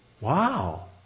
wow